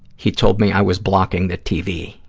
he told me i was blocking the tv.